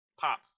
pop